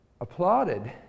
applauded